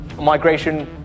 Migration